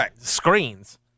screens